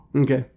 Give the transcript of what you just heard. Okay